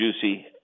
juicy